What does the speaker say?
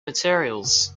materials